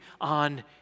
on